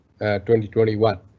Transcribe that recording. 2021